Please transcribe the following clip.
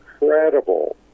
incredible